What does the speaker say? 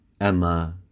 Emma